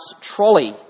trolley